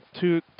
Two